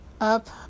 up